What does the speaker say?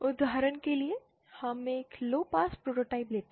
उदाहरण के लिए हम एक लोपास प्रोटोटाइप लेते हैं